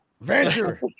Venture